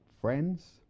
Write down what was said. Friends